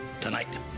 tonight